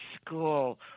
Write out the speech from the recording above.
school